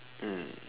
mm